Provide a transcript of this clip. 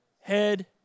head